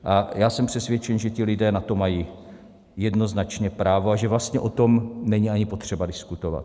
A já jsem přesvědčen, že ti lidé na to mají jednoznačně právo a že vlastně o tom není ani potřeba diskutovat.